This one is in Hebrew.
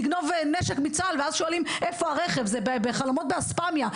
לגנוב נשק מצה״ל ואז לשאול ״איפה הרכב?״ זה בחלומות באספמיה.